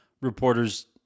reporters